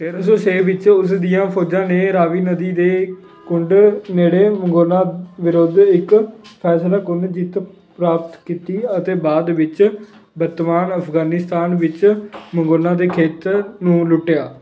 ਤੇਰਾਂ ਸੌ ਛੇ ਵਿੱਚ ਉਸ ਦੀਆਂ ਫੌਜਾਂ ਨੇ ਰਾਵੀ ਨਦੀ ਦੇ ਕੰਢੇ ਨੇੜੇ ਮੰਗੋਲਾਂ ਵਿਰੁੱਧ ਇੱਕ ਫੈਸਲਾਕੁੰਨ ਜਿੱਤ ਪ੍ਰਾਪਤ ਕੀਤੀ ਅਤੇ ਬਾਅਦ ਵਿੱਚ ਵਰਤਮਾਨ ਅਫ਼ਗ਼ਾਨਿਸਤਾਨ ਵਿੱਚ ਮੰਗੋਲਾਂ ਦੇ ਖੇਤਰ ਨੂੰ ਲੁੱਟਿਆ